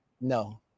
no